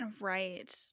Right